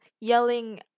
yelling